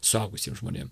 suaugusiems žmonėm